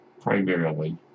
primarily